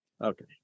Okay